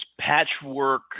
patchwork